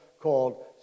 called